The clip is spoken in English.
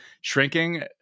shrinking